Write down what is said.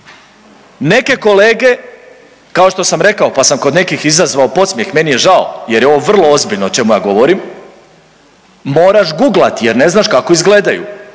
Neke kolege kao što sam rekao, pa sam kod nekih izazvao podsmijeh, meni je žao jer je ovo vrlo ozbiljno o čemu ja govorim, moraš guglat jer ne znaš kako izgledaju,